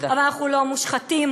אבל אנחנו לא מושחתים.